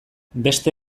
beste